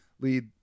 lead